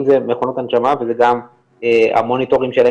אם זה מכונות הנשמה וגם המוניטורים שלהם